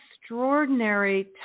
extraordinary